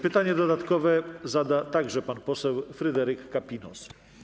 Pytanie dodatkowe zada także pan poseł Fryderyk Kapinos.